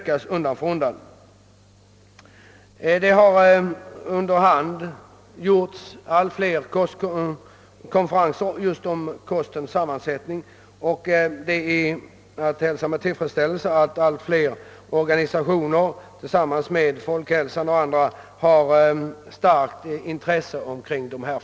Konferenser har hållits om kostens sammansättning och det är att hälsa med tillfredsställelse att allt fler organisationer intresserar sig för dessa frågor.